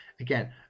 again